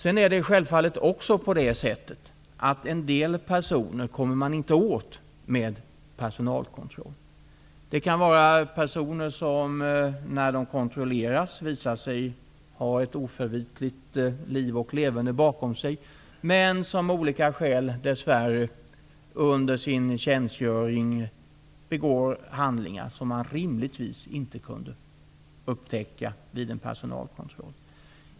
En del personer kommer man naturligtvis inte åt med personalkontroll. Det kan vara personer som visar sig ha ett oförvitligt liv och leverne bakom sig, men som av olika skäl dess värre under sin tjänstgöring begår handlingar som man rimligtvis inte kan upptäcka vid en personalkontroll.